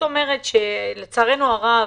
לצערנו הרב,